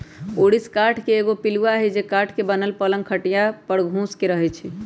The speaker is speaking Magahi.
ऊरिस काठ के एगो पिलुआ हई जे काठ के बनल पलंग खटिया पर घुस के रहहै